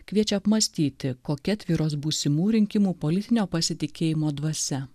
kviečia apmąstyti kokia tvyros būsimų rinkimų politinio pasitikėjimo dvasia